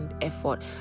effort